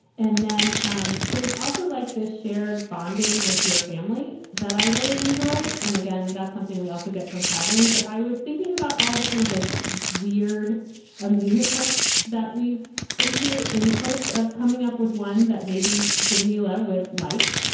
and then um there's also like this shared bonding with your family that i really enjoy. and again, that's something we also get from traveling. but i was thinking about all the kind of like weird amusement parks that we've been to in hopes of coming up with one that maybe jameela would like.